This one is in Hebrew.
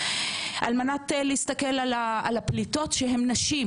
כדי להסתכל על הפליטות שהן נשים,